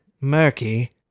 murky